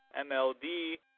MLD